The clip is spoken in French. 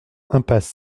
impasse